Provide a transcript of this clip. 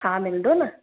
हा मिलंदो न